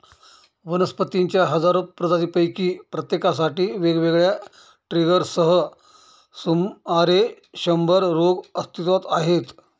वनस्पतींच्या हजारो प्रजातींपैकी प्रत्येकासाठी वेगवेगळ्या ट्रिगर्ससह सुमारे शंभर रोग अस्तित्वात आहेत